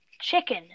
Chicken